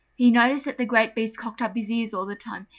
he noticed that the great beast cocked up his ears all the time,